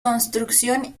construcción